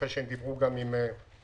אחרי שהם דיברו גם עם אחרים.